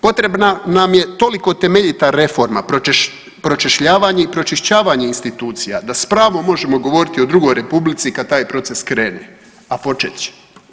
Potrebna nam je toliko temeljita reforma, pročešljavanje i pročišćavanje institucija da s pravom možemo govoriti o drugoj republici kad taj proces krene, a počet će.